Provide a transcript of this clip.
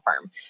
firm